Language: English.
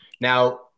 Now